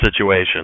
situation